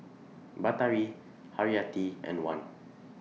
Batari Haryati and Wan